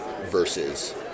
versus